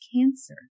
Cancer